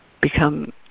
become